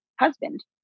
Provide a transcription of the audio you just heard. husband